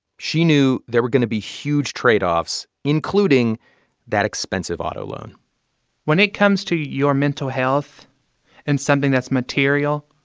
she knew there were going to be huge trade-offs, including that expensive auto loan when it comes to your mental health and something that's material,